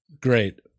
great